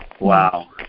Wow